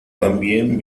también